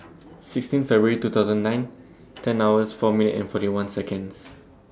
sixteen February two thousand and nine ten hours four minutes and forty one Seconds